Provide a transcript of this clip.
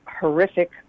horrific